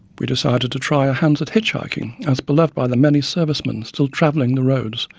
we decided to try our hands at hitch hiking, as beloved by the many servicemen still travelling the roads,